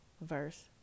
verse